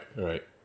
Right